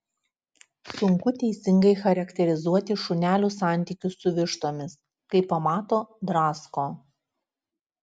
sunku teisingai charakterizuoti šunelių santykius su vištomis kai pamato drasko